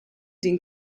den